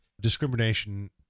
Discrimination